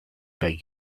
beg